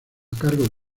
cargo